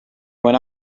when